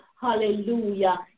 Hallelujah